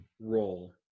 role